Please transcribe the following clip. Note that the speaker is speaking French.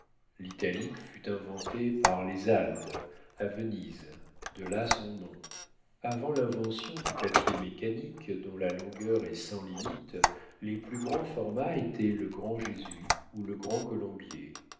l'italique fut inventé par les alde à venise de là son nom avant l'invention du papier mécanique dont la longueur est sans limites les plus grands formats étaient le grand jésus ou le grand colombier